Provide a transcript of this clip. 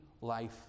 life